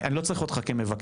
אני לא צריך אותך כמבקר.